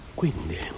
quindi